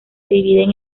dividen